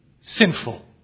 sinful